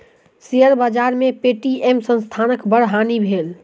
share बाजार में Paytm संस्थानक बड़ हानि भेल